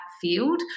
field